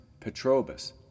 Petrobus